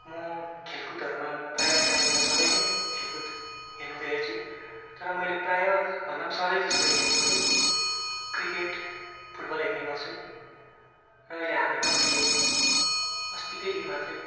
म खेलकुदहरूमा म प्रायः प्रायः त सबै नै खेलकुद हेर्नु त हेर्छु तर मैले प्रायः भन्दा पनि सधैँ जस्तो हेरेको चाहिँ क्रिकेट फुटबल हेर्ने गर्छु र अहिले हालैमा मैले अस्तिकै दिन मात्रै